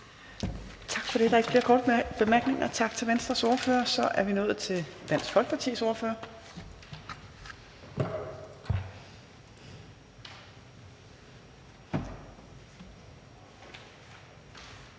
Tak for det. Der er ikke flere korte bemærkninger. Tak til Venstres ordfører. Så er vi nået til Dansk Folkepartis ordfører,